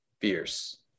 fierce